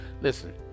listen